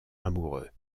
amoureux